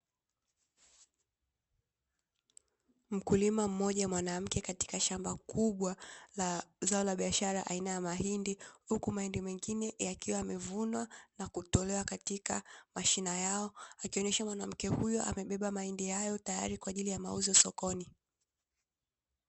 Mkulima mmoja mwanamke katika shamba kubwa la zao la biashara aina ya mahindi, huku mahindi mengine yakiwa yamevunwa na kutolewa katika mashina yao ikionyesha mwanamke huyo amebeba mahindi hayo tayari kwaajili ya mauzo sokoni.